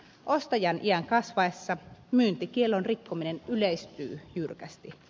ostajan iän kasvaessa myyntikiellon rikkominen yleistyy jyrkästi